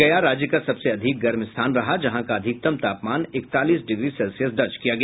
गया राज्य का सबसे अधिक गर्म स्थान रहा जहां का अधिकतम तापमान इकतालीस डिग्री सेल्सियस दर्ज किया गया